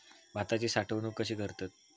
भाताची साठवूनक कशी करतत?